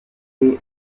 dufite